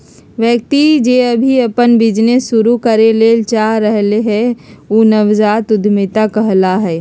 व्यक्ति जे अभी अपन बिजनेस शुरू करे ले चाह रहलय हें उ नवजात उद्यमिता कहला हय